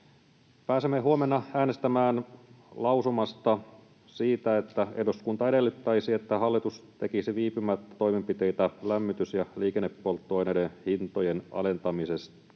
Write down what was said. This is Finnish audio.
Pääsemme huomenna äänestämään lausumasta siitä, että eduskunta edellyttäisi, että hallitus tekisi viipymättä toimenpiteitä lämmitys- ja liikennepolttoaineiden hintojen alentamiseksi